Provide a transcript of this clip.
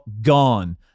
gone